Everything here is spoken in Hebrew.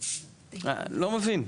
אני לא מבין.